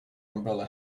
umbrella